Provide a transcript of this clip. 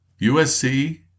USC